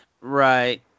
right